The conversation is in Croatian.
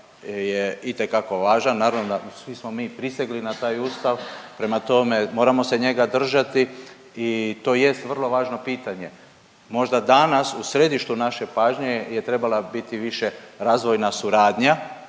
je itekako važan, naravno da, svi smo mi prisegli na taj Ustav, prema tome, moramo se njega držati i to jest vrlo važno pitanje. Možda danas u središtu naše pažnje je trebala biti više razvojna suradnja,